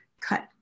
cut